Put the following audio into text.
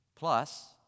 Plus